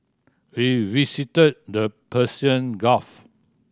we visited the Persian Gulf